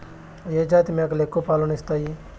ఏ జాతి మేకలు ఎక్కువ పాలను ఇస్తాయి?